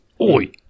Oi